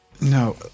No